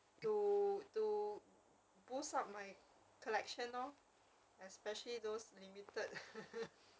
to to boost up my collection lor especially those limited